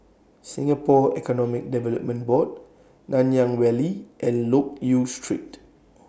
Singapore Economic Development Board Nanyang Valley and Loke Yew Street